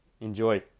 Enjoy